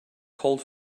cold